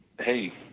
hey